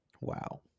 Wow